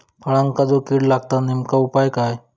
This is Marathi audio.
फळांका जो किडे लागतत तेनका उपाय काय?